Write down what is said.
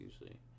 usually